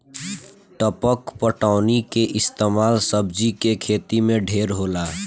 टपक पटौनी के इस्तमाल सब्जी के खेती मे ढेर होला